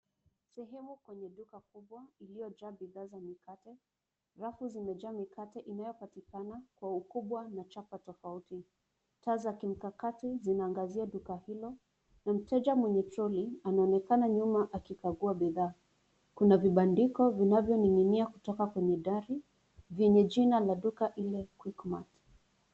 Sehemu kwenye duka kubwa iliyo jaa bidhaa za mikate, rafu zimejaa mikate inayopatikana kwa ukubwa na chapa tofauti. Taa za kimkakati zinaangazia duka hilo na mteja mwenye troli anaonekana nyuma akikagua bidhaa, kuna vibandiko vinavyoning'inia kutoka kwenye dari venye jina la duka ile Quickmart.